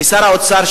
ושר האוצר,